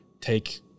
take